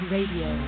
Radio